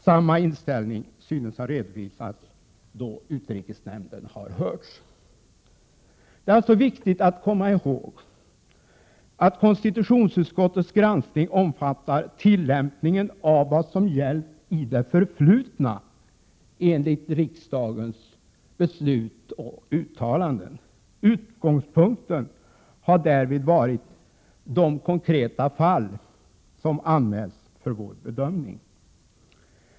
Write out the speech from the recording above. Samma inställning synes ha redovisats då utrikesnämnden har hörts. Det är viktigt att komma ihåg att konstitutionsutskottets granskning omfattar tillämpningen av vad som gällt i det förflutna enligt riksdagens beslut och uttalanden. Utgångspunkten har därvid varit de konkreta fall som anmälts för vår bedömning.